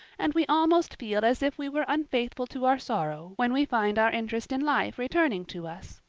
and we almost feel as if we were unfaithful to our sorrow when we find our interest in life returning to us.